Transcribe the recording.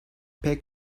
pek